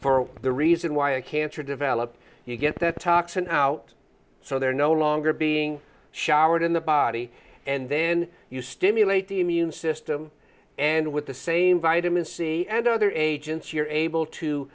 for the reason why a cancer developed you get that toxin out so they're no longer being showered in the body and then you stimulate the immune system and with the same vitamin c and other agents you're able to